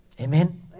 Amen